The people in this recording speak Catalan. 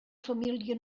família